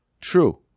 True